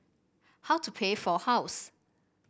how to pay for house